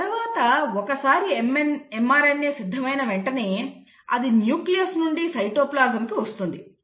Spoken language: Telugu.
ఆ తర్వాత ఒకసారి mRNA సిద్ధమైన వెంటనే అది న్యూక్లియస్ నుండి సైటోప్లాజంలోకి వస్తుంది